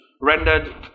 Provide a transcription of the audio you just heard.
rendered